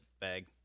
bag